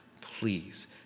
please